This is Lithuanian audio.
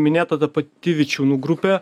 minėta ta pati vičiūnų grupė